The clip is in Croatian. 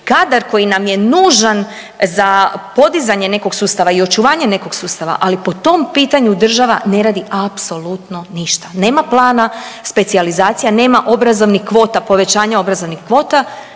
kadar koji nam je nužan za podizanje nekog sustava i očuvanje nekog sustava, ali po tom pitanju država ne radi apsolutno ništa. Nema plana specijalizacija, nema obrazovnih kvota, povećanja obrazovnih kvota,